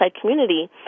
community